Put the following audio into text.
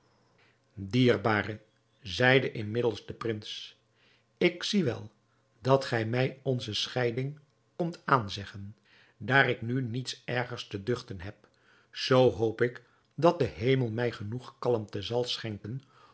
dierbare zeide inmiddels de prins ik zie wel dat gij mij onze scheiding komt aanzeggen daar ik nu niets ergers te duchten heb zoo hoop ik dat de hemel mij genoeg kalmte zal schenken